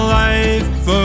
life